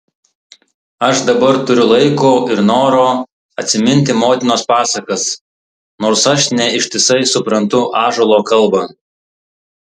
aš dabar turiu laiko ir noro atsiminti motinos pasakas nors aš ne ištisai suprantu ąžuolo kalbą